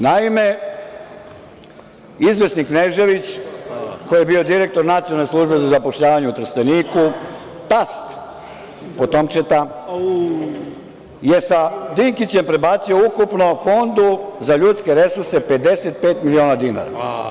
Naime, izvesni Knežević, koji je bio direktor Nacionalne službe za zapošljavanje u Trsteniku, tast potomčeta, je sa Dinkićem prebacio ukupno Fondu za ljudske resurse 55 miliona dinara.